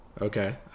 okay